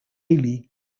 league